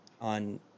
on